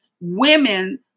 women